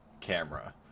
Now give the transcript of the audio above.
camera